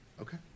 okay